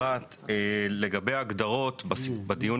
1. לגבי ההגדרות בדיון